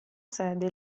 sede